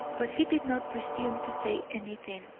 but he did not presume to say anything,